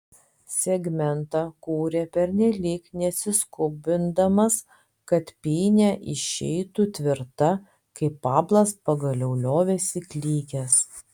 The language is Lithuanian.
segmentą kūrė pernelyg nesiskubindamas kad pynė išeitų tvirta kai pablas pagaliau liovėsi klykęs